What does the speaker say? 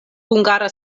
hungara